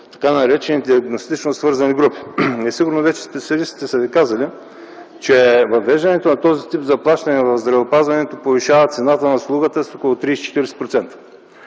така наречените диагностично свързани групи. Сигурно вече специалистите са Ви казали, че въвеждането на този тип заплащане в здравеопазването повишава цената на услугата с около 30-40%.